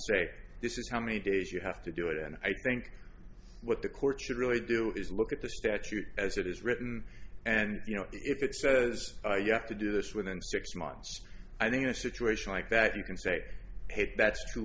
is how many days you have to do it and i think what the court should really do is look at the statute as it is written and you know if it says you have to do this within six months i think in a situation like that you can say hey that's too